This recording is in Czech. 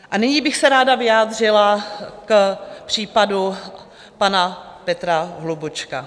A nyní bych se ráda vyjádřila k případu pana Petra Hlubučka.